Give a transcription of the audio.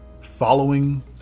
following